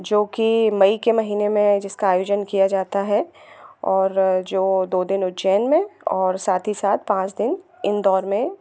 जो कि मई के महीने में जिसका आयोजन किया जाता है और जो दो दिन उज्जैन में और साथ ही साथ पाँच दिन इंदौर में